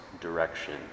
direction